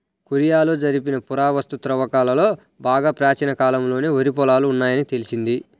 కొరియాలో జరిపిన పురావస్తు త్రవ్వకాలలో బాగా ప్రాచీన కాలంలోనే వరి పొలాలు ఉన్నాయని తేలింది